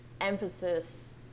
emphasis